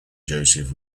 joseph